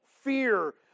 fear